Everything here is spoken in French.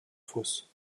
fausses